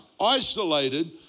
isolated